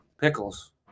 pickles